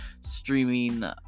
Streaming